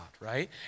right